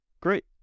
Great